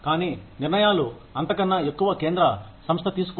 కానీ నిర్ణయాలు అంతకన్నా ఎక్కువ కేంద్ర సంస్థ తీసుకుంటుంది